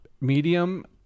medium